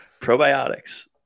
probiotics